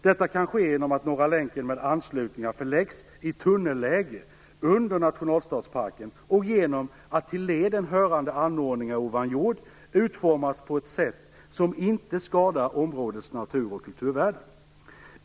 Detta kan ske genom att Norra länken med anslutningar förläggs i tunnelläge under nationalstadsparken och genom att till leden hörande anordningar ovan jord utformas på ett sätt som inte skadar områdets natur och kulturvärden.